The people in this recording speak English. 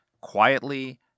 quietly